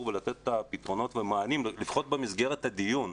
ולתת את הפתרונות והמענים לפחות במסגרת הדיון,